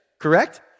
correct